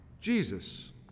Jesus